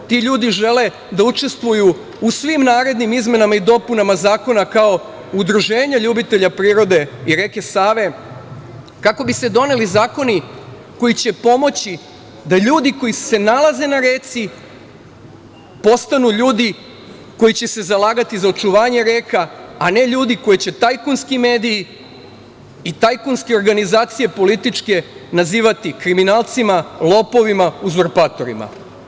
Ti ljudi žele da učestvuju u svim narednim izmenama i dopunama zakona kao udruženja ljubitelja prirode i reke Save kako bi se doneli zakoni koji će pomoći da ljudi koji se nalaze na reci postanu ljudi koji će se zalagati za očuvanje reka, a ne ljudi koje će tajkunski mediji i tajkunske organizacije političke nazivati kriminalcima, lopovima, uzurpatorima.